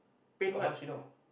but how she know